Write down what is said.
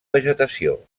vegetació